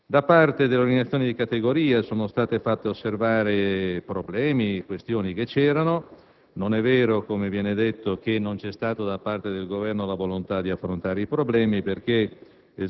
Da parte delle organizzazioni di categoria sono stati fatti osservare problemi e questioni. Non è vero, come viene detto, che non c'è stata da parte del Governo la volontà di affrontare i problemi, perché